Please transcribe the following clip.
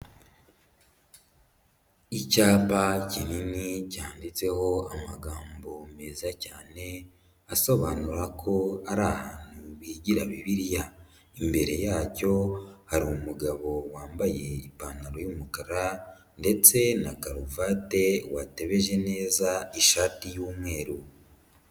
Icyapa kinini cyanditseho amagambo meza cyane, asobanura ko ari ahantu bigira bibiliya, imbere yacyo hari umugabo wambaye ipantaro y'umukara ndetse na karuvate, watebeje neza ishati y'umweru.